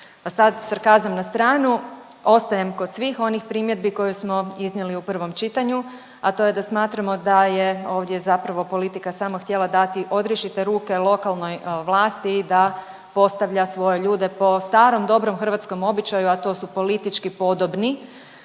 sad sarkazam na stranu, ostajem kod svih onih primjedbi koje smo iznijeli u prvom čitanju, a to je da smatramo da je ovdje zapravo politika samo htjela dati odriješite ruke lokalnoj vlasti da postavlja svoje ljude po starom dobrom hrvatskom običaju, a to su politički podobni